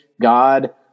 God